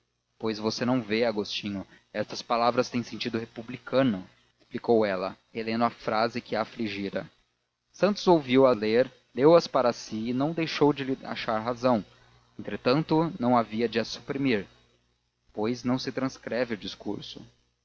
pois você não vê agostinho estas palavras têm sentido republicano explicou ela relendo a frase que a afligira santos ouviu as ler leu as para si e não deixou de lhe achar razão entretanto não havia de as suprimir pois não se transcreve o discurso